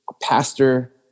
pastor